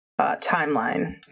timeline